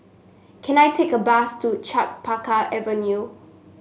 can I take a bus to Chempaka Avenue